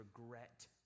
regret